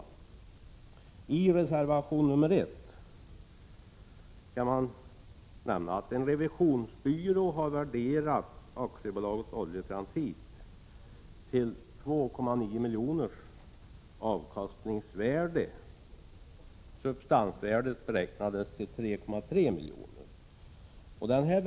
Beträffande reservation 1 kan nämnas att en revisionsbyrå har värderat AB Oljetransit till 2,9 milj.kr. i avkastningsvärde. Substansvärdet har beräknats till 3,3 milj.kr.